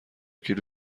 کیلو